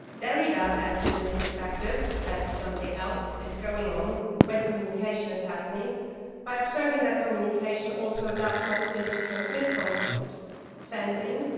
derrida adds to this perspective that something else is going on when communication is happening by observing that communication also does not simply transmit content sending,